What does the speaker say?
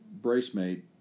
bracemate